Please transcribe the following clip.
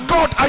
God